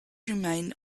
remain